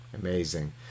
amazing